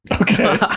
Okay